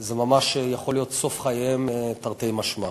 זה ממש יכול להיות סוף חייהם, תרתי משמע.